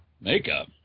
Makeup